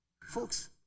Folks